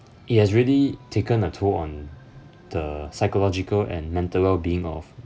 it has really taken a toll on the psychological and mental well-being of